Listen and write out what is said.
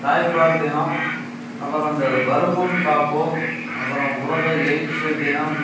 தாய்ப்பால் தினம் அப்பறம் இந்த வருமுன் காப்போம் அப்பறம் உலக எய்ட்ஸு தினம்